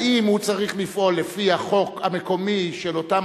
האם הוא צריך לפעול לפי החוק המקומי של אותם